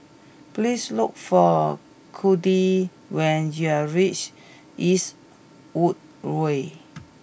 please look for Codie when you reach Eastwood Way